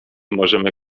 możemy